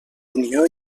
unió